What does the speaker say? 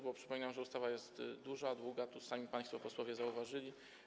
Bo przypominam, że ustawa jest duża, długa, co sami państwo posłowie zauważyli.